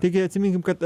taigi atsiminkim kad